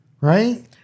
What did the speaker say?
Right